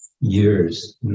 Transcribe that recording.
years